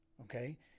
Okay